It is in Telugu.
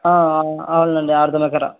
అవునులే అండి